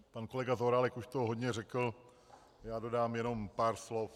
Pan kolega Zaorálek už toho hodně řekl, já dodám jenom pár slov.